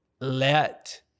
let